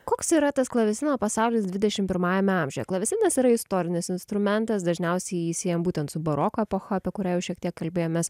koks yra tas klavesino pasaulis dvidešim pirmajame amžiuje klavesinas yra istorinis instrumentas dažniausiai jį siejam būtent su baroko epocha apie kurią jau šiek tiek kalbėjomės